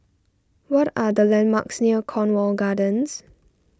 what are the landmarks near Cornwall Gardens